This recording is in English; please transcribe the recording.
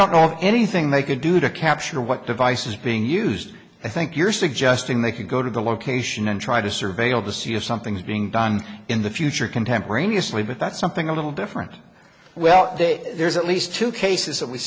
don't know anything they could do to capture what device is being used i think you're suggesting they could go to the location and try to surveil to see if something's being done in the future contemporaneously but that's something a little different well there's at least two cases that we